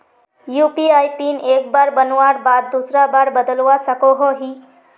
UPI PIN एक बार बनवार बाद दूसरा बार बदलवा सकोहो ही?